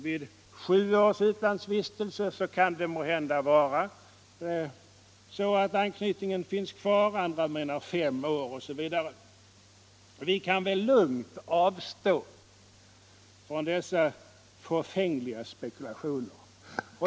Vid sju års utlandsvistelse kan anknytningen måhända finnas kvar, medan andra menar att gränsen går vid fem år, osv. Vi kan väl lugnt avstå från dessa fåfängliga spekulationer.